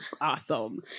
Awesome